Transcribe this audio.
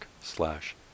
slash